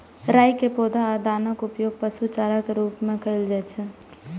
राइ के पौधा आ दानाक उपयोग पशु चारा के रूप मे कैल जाइ छै